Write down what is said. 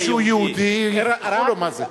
מי שהוא יהודי יפתחו לו, מה זה.